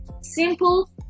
simple